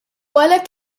għalhekk